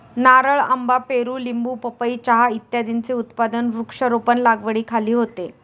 नारळ, आंबा, पेरू, लिंबू, पपई, चहा इत्यादींचे उत्पादन वृक्षारोपण लागवडीखाली होते